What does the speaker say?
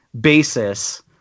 basis